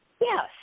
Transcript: yes